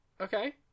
Okay